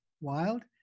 wild